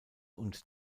und